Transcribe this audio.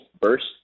burst